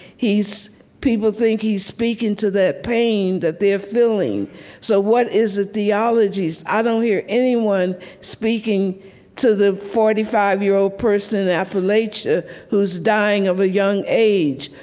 people think he's speaking to that pain that they're feeling so what is the theologies? i don't hear anyone speaking to the forty five year old person in appalachia who is dying of a young age,